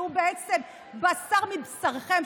שהוא בעצם בשר מבשרכם,